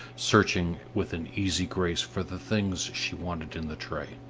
searching with an easy grace for the things she wanted in the tray.